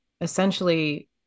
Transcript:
essentially